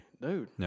dude